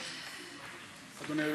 שי, ואחריו,